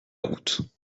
route